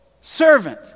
servant